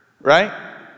right